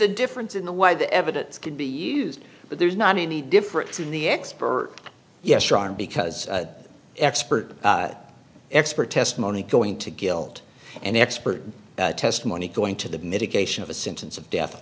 a difference in the way the evidence can be used but there's not any difference in the expert yes ron because expert expert testimony going to guilt and expert testimony going to the mitigation of a sentence of death